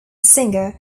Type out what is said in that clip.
singer